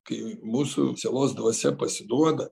kai mūsų sielos dvasia pasiduoda